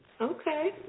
Okay